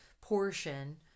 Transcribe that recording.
portion